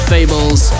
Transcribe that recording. Fables